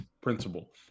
principle